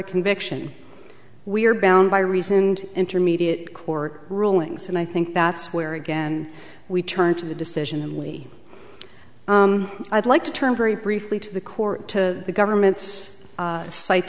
a conviction we are bound by reasoned intermediate court rulings and i think that's where again we turn to the decision and we i'd like to turn very briefly to the court to the government's